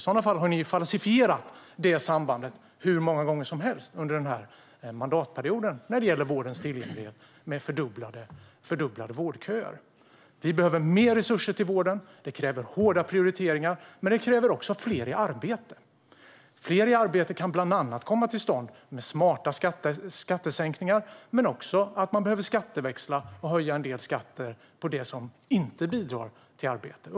I så fall har ni falsifierat detta samband hur många gånger som helst under denna mandatperiod när det gäller vårdens tillgänglighet med fördubblade vårdköer. Vi behöver mer resurser till vården. Det kräver hårda prioriteringar. Men det kräver också fler i arbete. Fler i arbete kan komma till stånd bland annat med smarta skattesänkningar. Men man kan också behöva skatteväxla och höja en del skatter på det som inte bidrar till arbete.